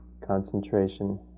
concentration